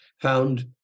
found